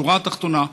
בשורה התחתונה,